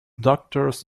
doctors